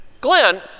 Glenn